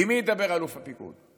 עם מי ידבר אלוף הפיקוד?